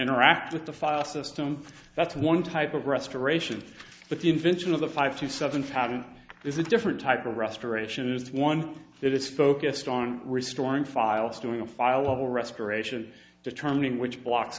interact with the file system that's one type of restoration but the invention of the five to seven patent is a different type of restoration it's one that is focused on restoring files doing a file level restoration determining which blocks